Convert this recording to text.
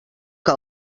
que